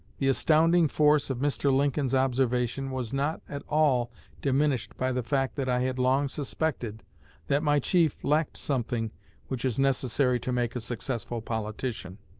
the astounding force of mr. lincoln's observation was not at all diminished by the fact that i had long suspected that my chief lacked something which is necessary to make a successful politician.